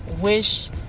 wish